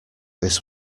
this